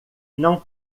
não